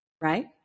Right